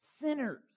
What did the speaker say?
Sinners